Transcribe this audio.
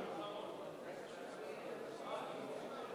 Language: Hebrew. זה אחרון.